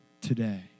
today